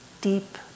deep